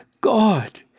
God